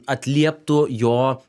atlieptų jo